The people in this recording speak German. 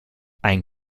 ein